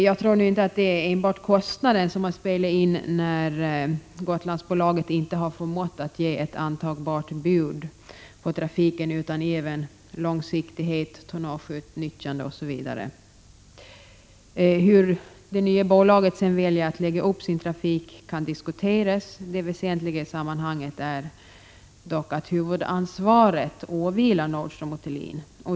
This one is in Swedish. Jag tror inte att det är bara kostnaderna som har spelat in när Gotlandsbolaget inte har förmått ge ett antagbart bud på trafiken, utan det är nog också långsiktighet, tonnageutnyttjande osv. Hur det nya bolaget väljer att lägga trafiken kan diskuteras. Det väsentliga — Prot. 1986/87:127 i sammanhanget är att huvudansvaret åvilar Nordström & Thulin.